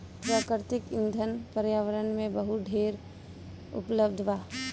प्राकृतिक ईंधन पर्यावरण में बहुत ढेर उपलब्ध बा